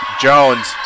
Jones